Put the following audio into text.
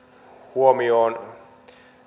huomioon